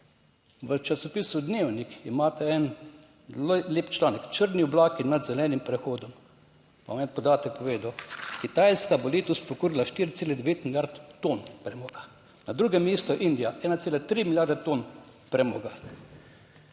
V časopisu Dnevnik imate en lep članek Črni oblaki nad zelenim prehodom. Bom en podatek povedal. Kitajska bo letos pokurila 4,9 milijard ton premoga, na drugem mestu je Indija, 1,3 milijarde ton premoga.